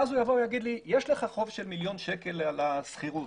אז הוא יבוא ויגיד לי שיש לי חוב של מיליון שקלים על השכירות